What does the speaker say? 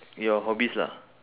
your hobbies lah